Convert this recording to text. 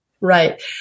right